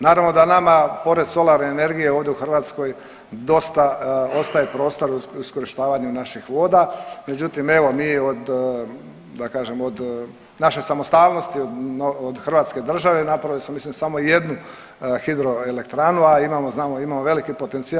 Naravno da nama pored solarne energije ovdje u Hrvatskoj dosta ostaje prostora u iskorištavanju naših voda, međutim evo mi od, da kažem od naše samostalnosti od Hrvatske države napravili smo mislim samo jednu hidroelektranu, a imamo znamo imamo veliki potencijal.